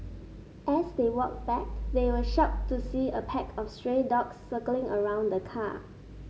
as they walked back they were shocked to see a pack of stray dogs circling around the car